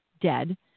dead